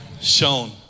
shown